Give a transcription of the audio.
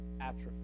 atrophy